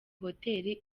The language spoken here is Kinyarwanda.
hotel